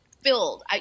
filled